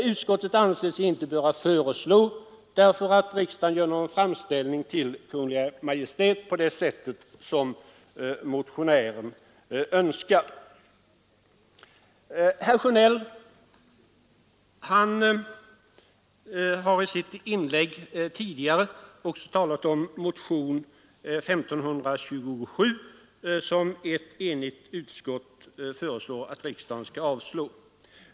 Utskottet anser sig inte böra föreslå att riksdagen gör någon framställning till Kungl. Maj:t på det sätt som motionären önskar. Herr Sjönell talade i sitt inlägg också om motionen 1527, som ett enigt utskott föreslår att riksdagen skall avslå.